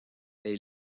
est